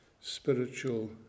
spiritual